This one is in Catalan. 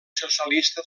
socialista